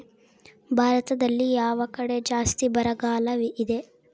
ಭಾರತದಲ್ಲಿ ಯಾವ ಕಡೆ ಜಾಸ್ತಿ ಬರಗಾಲ ಇದೆ?